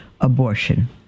abortion